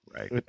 Right